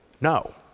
No